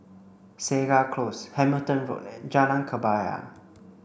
Segar Close Hamilton Road and Jalan Kebaya